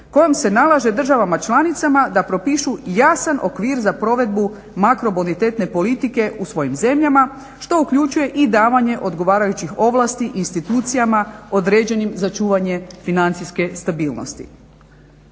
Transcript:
kojim se nalaže državama članicama da propišu jasan okvir za provedbu makrobonitetne politike u svojim zemljama, što uključuje i davanje odgovarajućih ovlasti institucijama određenim za čuvanje financijske stabilnosti.